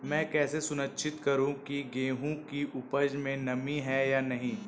मैं कैसे सुनिश्चित करूँ की गेहूँ की उपज में नमी है या नहीं?